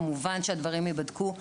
כמובן שהדברים ייבדקו,